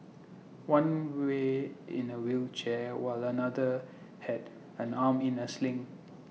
one way in A wheelchair while another had an arm in A sling